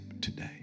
today